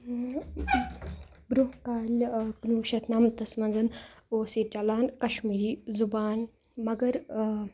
برٛونٛہہ کالہِ کُنوُہ شَتھ نَمَتھَس منٛز اوس ییٚتہِ چَلان کَشمیٖری زُبان مگر